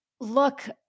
look